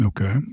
Okay